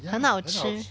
很好吃